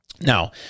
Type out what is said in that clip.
Now